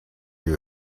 you